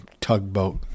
tugboat